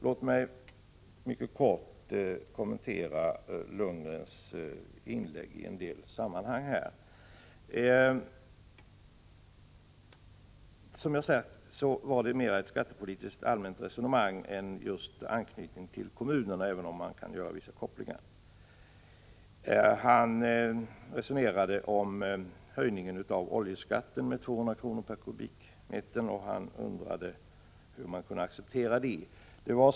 Låt mig mycket kort kommentera några delar av Bo Lundgrens inlägg. Som jag sagt var det mer ett allmänt skattepolitiskt resonemang än ett anförande med anknytning till kommunerna, även om man kan göra vissa kopplingar. Han talade om höjningen av skatten på olja med 200 kr. per kubikmeter och han undrade hur man kunde acceptera det.